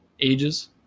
ages